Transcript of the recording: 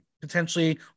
potentially